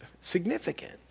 Significant